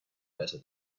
better